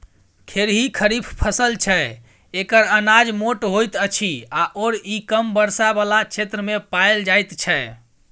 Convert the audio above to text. खेरही खरीफ फसल छै एकर अनाज मोट होइत अछि आओर ई कम वर्षा बला क्षेत्रमे पाएल जाइत छै